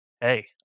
hey